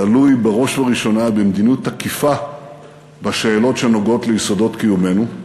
תלוי בראש וראשונה במדיניות תקיפה בשאלות שנוגעות ליסודות קיומנו,